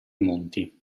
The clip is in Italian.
monti